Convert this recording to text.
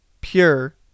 pure